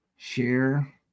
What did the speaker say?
Share